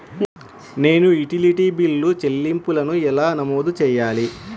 నేను utility bill చెల్లింపులను ఎలా నమోదు చేయాలి?